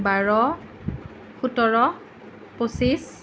বাৰ সোতৰ পঁচিছ